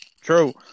True